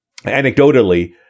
Anecdotally